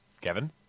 Kevin